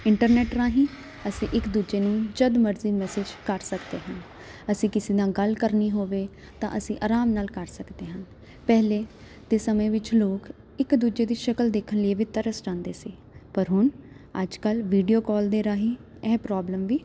internet ਰਾਹੀਂ ਅਸੀਂ ਇੱਕ ਦੂਜੇ ਨੂੰ ਜਦ ਮਰਜ਼ੀ ਮੈਸੇਜ ਕਰ ਸਕਦੇ ਹਾਂ ਅਸੀਂ ਕਿਸੇ ਨਾਲ ਗੱਲ ਕਰਨੀ ਹੋਵੇ ਤਾਂ ਅਸੀਂ ਆਰਾਮ ਨਾਲ ਕਰ ਸਕਦੇ ਹਾਂ ਪਹਿਲਾਂ ਦੇ ਸਮੇਂ ਵਿੱਚ ਲੋਕ ਇੱਕ ਦੂਜੇ ਦੀ ਸ਼ਕਲ ਦੇਖਣ ਲਈ ਵੀ ਤਰਸ ਜਾਂਦੇ ਸੀ ਪਰ ਹੁਣ ਅੱਜ ਕੱਲ੍ਹ ਵੀਡੀਓ ਕਾਲ ਦੇ ਰਾਹੀਂ ਇਹ ਪ੍ਰੋਬਲਮ ਵੀ